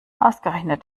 ausgerechnet